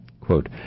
Quote